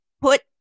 put